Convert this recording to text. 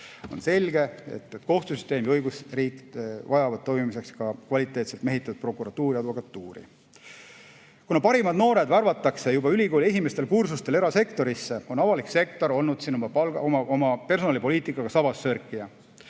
On selge, et kohtusüsteem ja õigusriik vajavad toimimiseks ka kvaliteetselt mehitatud prokuratuuri ja advokatuuri. Kuna parimad noored värvatakse juba ülikooli esimestel kursustel erasektorisse, on avalik sektor olnud siin oma personalipoliitikaga sabassörkija.